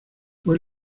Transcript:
fue